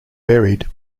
buried